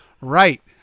right